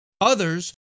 Others